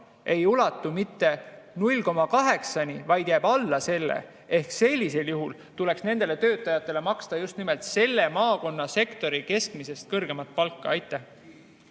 ei ulatu mitte 0,8‑ni, vaid jääb alla selle. Sellisel juhul tuleks nendele töötajatele maksta just nimelt selle maakonna sektori keskmisest kõrgemat palka. Aitäh!